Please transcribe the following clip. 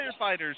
firefighters